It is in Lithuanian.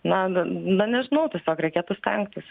na na nežinau tiesiog reikėtų stengtis